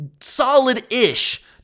solid-ish